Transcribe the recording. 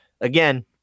again